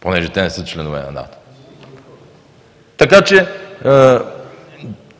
Понеже те не са членове на НАТО. Така че